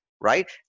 right